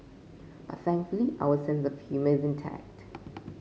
but thankfully our sense of humour is intact